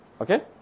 Okay